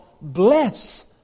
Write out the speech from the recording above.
bless